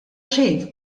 xejn